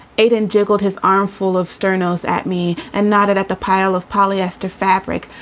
aidan jiggled his arm full of stefano's at me and nodded at the pile of polyester fabric,